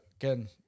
again